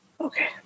Okay